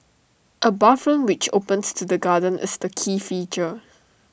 A bathroom which opens to the garden is the key feature